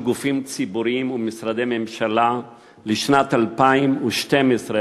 גופים ציבוריים ומשרדי ממשלה לשנת 2012,